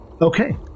Okay